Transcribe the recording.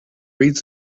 reads